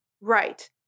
Right